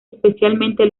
especialmente